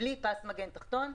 בלי פס מגן תחתון.